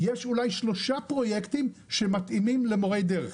יש אולי שלושה פרויקטים שמתאימים למורי דרך.